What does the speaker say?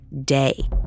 day